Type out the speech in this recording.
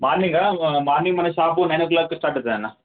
మార్నింగా morning మన shop nine ఓ క్లోక్కి స్టార్ట్ అవుతుందన్న